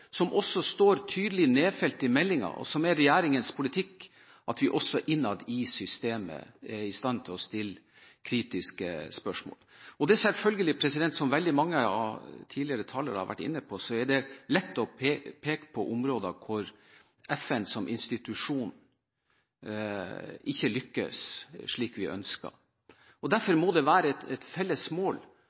står tydelig nedfelt i meldingen, og som er regjeringens politikk – der vi også innad i systemet er i stand til å stille kritiske spørsmål. Det er selvfølgelig slik, som veldig mange tidligere talere har vært inne på, at det er lett å peke på områder hvor FN som institusjon ikke lykkes slik som vi ønsker. Derfor må det være et felles mål